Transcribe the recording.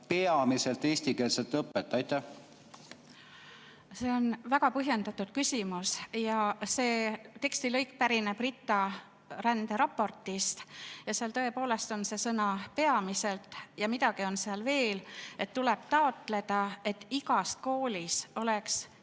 peamiselt eestikeelset õpet? See on väga põhjendatud küsimus. See tekstilõik pärineb RITA-rände raportist ja seal tõepoolest on sõna "peamiselt". Ja midagi on seal veel: tuleb taotleda, et igas koolis oleks